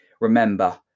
Remember